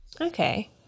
Okay